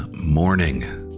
morning